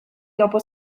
dopo